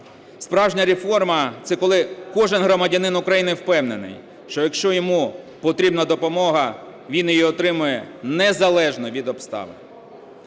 Справжня реформа – це коли кожен громадянин України впевнений, що якщо йому потрібна допомога, він її отримає незалежно від обставин.